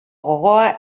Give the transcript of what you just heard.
gogoa